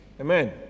Amen